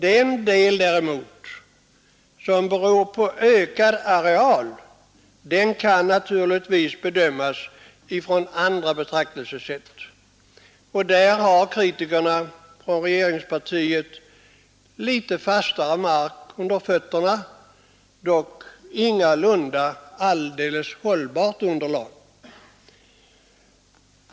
Den del däremot som beror på ökad areal kan naturligtvis bedömas på ett annat sätt, och där har kritikerna från regeringspartiet litet fastare mark under fötterna, dock ingalunda alldeles hållbart underlag.